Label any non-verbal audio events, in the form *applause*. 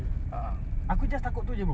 *laughs*